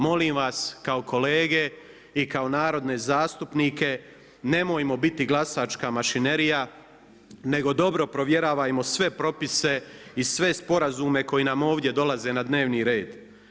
Molim vas kao kolege i kao narodne zastupnike nemojmo biti glasačka mašinerija, nego dobro provjeravajmo sve propise i sve sporazume koji nam ovdje dolaze na dnevni red.